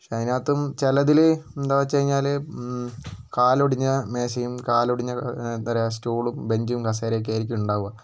പക്ഷെ അതിനകത്തും ചിലതിൽ എന്താ വച്ച് കഴിഞ്ഞാൽ കാലൊടിഞ്ഞ മേശയും കാലൊടിഞ്ഞ എന്താ പറയുക സ്റ്റൂളും ബെഞ്ചും കസേരയൊക്കെ ആയിരിക്കും ഉണ്ടാവുക